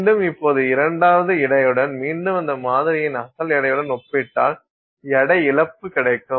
மீண்டும் இப்போது இரண்டாவது எடையுடன் மீண்டும் அந்த மாதிரியின் அசல் எடையுடன் ஒப்பிட்டால் எடை இழப்பு கிடைக்கும்